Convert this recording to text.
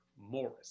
Morris